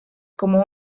como